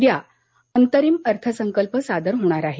उद्या अंतरिम अर्थसंकल्प सादर होणार आहे